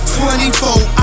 24